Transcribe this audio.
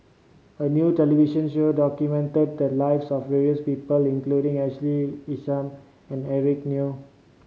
a new television show documented the lives of various people including Ashley Isham and Eric Neo